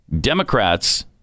Democrats